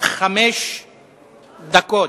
חמש דקות.